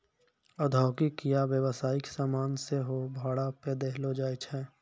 औद्योगिक या व्यवसायिक समान सेहो भाड़ा पे देलो जाय छै